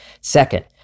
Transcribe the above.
Second